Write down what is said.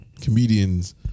comedians